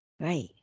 Right